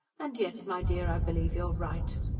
and yet, my dear, i believe you're right.